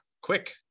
quick